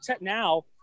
Now